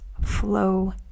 flow